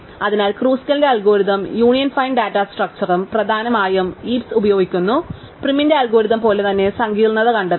അതിനാൽ ക്രുസ്കലിന്റെ algorithm union find data സ്ട്രക്ച്ചറും പ്രധാനമായും ഹീപ്സ് ഉപയോഗിക്കുന്ന പ്രിമിന്റെ അൽഗോരിതം പോലെ തന്നെ സങ്കീർണ്ണത കണ്ടെത്തുന്നു